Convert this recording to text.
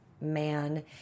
man